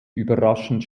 überraschend